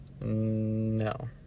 No